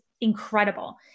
incredible